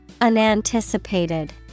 Unanticipated